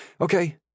Okay